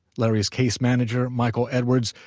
larry's case manager, michael edwards,